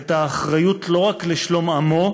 את האחריות לא רק לשלום עמו,